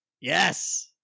Yes